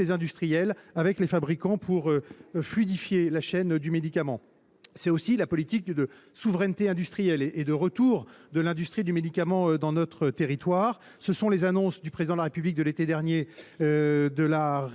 les industriels, avec les fabricants, pour fluidifier la chaîne du médicament. Nous avons aussi une politique de souveraineté industrielle et de retour de l’industrie du médicament dans notre territoire, illustrée par les annonces du Président de la République l’été dernier : la